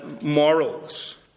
morals